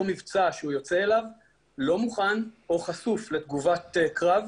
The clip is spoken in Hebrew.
מבצע שהוא יוצא אליו לא מוכן או חשוף לתגובת קרב